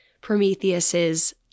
Prometheus's